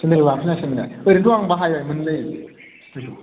सोलायना लाबफिननांसिगोन ना ओरैनोथ' आं बाहायबायमोनलै बेखौ